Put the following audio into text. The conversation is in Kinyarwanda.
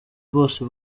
bose